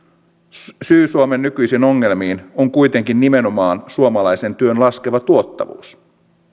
syy suomen nykyisiin ongelmiin on kuitenkin nimenomaan suomalaisen työn laskeva tuottavuus